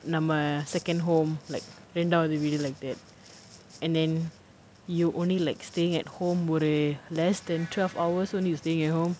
நம்ம:namma second home like ரெண்டாவது வீடு:rendaavathu veedu like that and then you only like staying at home ஒரு:oru less than twelve hours only you staying at home